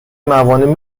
موانع